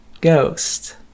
Ghost